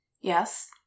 Yes